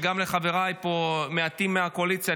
וגם לחבריי המעטים פה מהקואליציה,